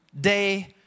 day